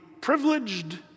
privileged